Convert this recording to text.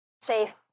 safe